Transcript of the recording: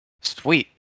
Sweet